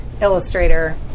illustrator